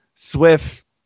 Swift